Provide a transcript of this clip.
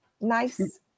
nice